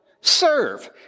serve